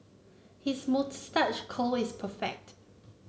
his moustache curl is perfect